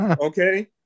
okay